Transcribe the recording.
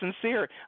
sincere